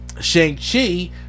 Shang-Chi